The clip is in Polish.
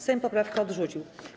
Sejm poprawkę odrzucił.